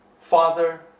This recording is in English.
Father